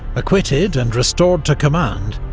acquitted and restored to command,